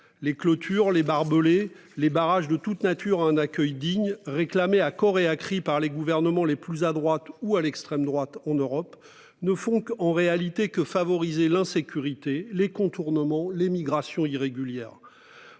les clôtures, les barbelés, les barrages de toute nature. Un accueil digne réclamée à cor et à cri par les gouvernements les plus à droite ou à l'extrême droite en Europe ne font qu'en réalité que favoriser l'insécurité les contournements l'émigration irrégulière